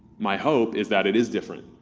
my hope is that it is different,